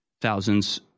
thousands